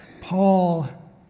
Paul